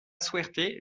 suerte